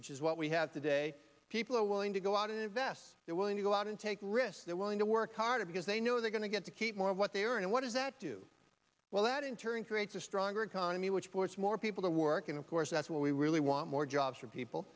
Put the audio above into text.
which is what we have today people are willing to go out and invest they're willing to go out and take risks they're willing to work harder because they know they're going to get to keep more of what they are and what does that do well that in turn creates a stronger economy which force more people to work and of course that's what we really want more jobs for people